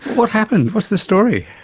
what happened, what's the story?